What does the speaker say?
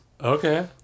Okay